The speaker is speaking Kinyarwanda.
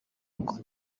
bwo